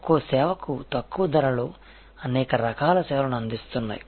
ఒక్కో సేవకు తక్కువ ధరలో అనేక రకాల సేవలను అందిస్తున్నాయి